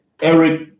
Eric